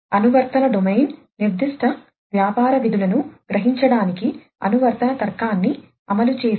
అనువర్తన డొమైన్ నిర్దిష్ట వ్యాపార విధులను గ్రహించడానికి అనువర్తన తర్కాన్ని అమలు చేసే ఫంక్షన్ల సమితిని సూచిస్తుంది